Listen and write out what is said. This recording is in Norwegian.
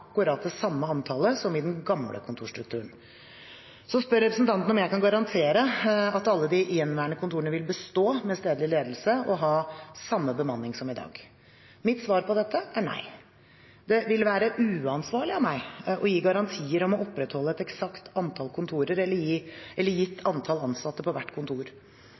samme antall som i den gamle kontorstrukturen. Representanten spør om jeg kan garantere at alle de gjenværende kontorene vil bestå med stedlig ledelse og ha samme bemanning som i dag. Mitt svar på dette er nei. Det ville være uansvarlig av meg å gi garantier om å opprettholde et eksakt antall kontor eller et gitt antall ansatte på hvert kontor.